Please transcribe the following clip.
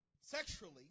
sexually